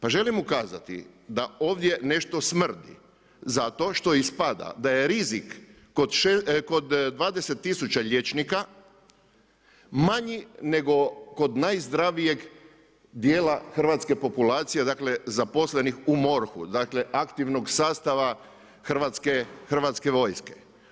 Pa želim ukazati da ovdje nešto smrdi, zato što ispada da je rizik kod 20 tisuća liječnika manji nego kod najzdravijeg dijela hrvatske populacije dakle zaposlenih u MORH-u, dakle aktivnog sastava Hrvatske vojske.